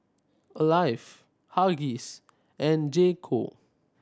Alive Huggies and J Co